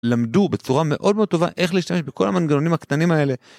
למדו בצורה מאוד מאוד טובה איך להשתמש בכל המנגנונים הקטנים האלה.